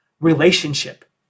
relationship